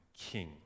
King